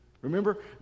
Remember